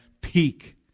peak